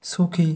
সুখী